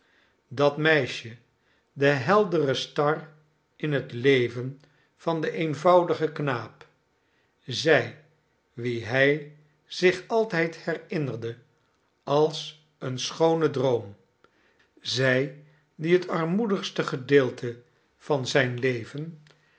dat meisje de held ere star in het leven van den eenvoudigen knaap zij wie hij zich altijd herinnerde als een schoonen droom zij die het armoedigste gedeelte van zijn leven